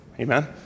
Amen